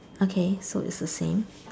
okay so it's the same